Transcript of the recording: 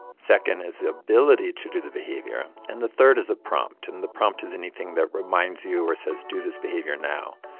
second is the ability to do the behavior, and the third is a prompt. and the prompt is anything that reminds you or says, do this behavior now.